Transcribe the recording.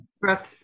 Brooke